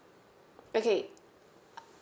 okay